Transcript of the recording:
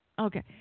Okay